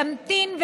ימתין,